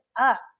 up